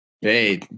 Hey